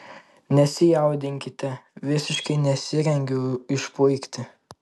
nesijaudinkite visiškai nesirengiu išpuikti